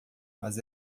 mas